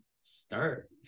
start